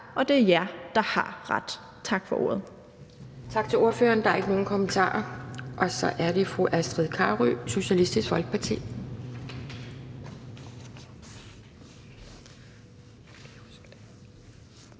og det er jer, der har ret. Tak for ordet.